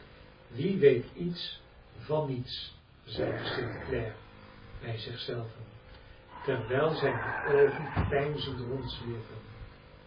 wie weet iets van niets zeide st clare bij zichzelven terwijl zijne oogen